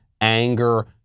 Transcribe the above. anger